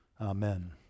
Amen